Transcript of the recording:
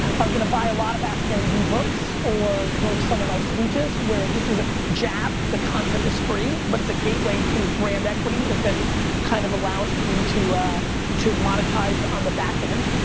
are gonna buy a lot of askgaryvee books or go to some of my speeches where this is a jab. the content is free, but it's a gateway to brand equity that then kind of allows me to ah to monetize on the back end.